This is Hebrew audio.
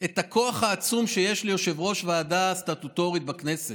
את הכוח העצום שיש ליושב-ראש ועדה סטטוטורית בכנסת.